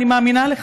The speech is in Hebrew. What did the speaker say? אני מאמינה לך.